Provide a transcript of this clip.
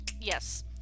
Yes